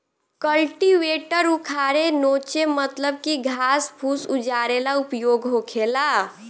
cultivator उखारे नोचे मतलब की घास फूस उजारे ला उपयोग होखेला